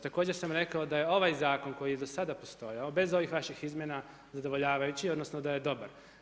Također sam rekao da je ovaj zakon koji je do sada postojao bez ovih vaših izmjena zadovoljavajući, odnosno da je dobar.